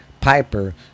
Piper